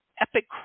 Epic